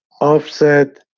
offset